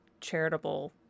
charitable